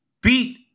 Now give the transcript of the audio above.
beat